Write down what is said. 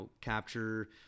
capture